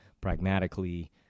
pragmatically